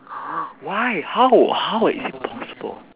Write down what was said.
why how how is it possible